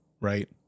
right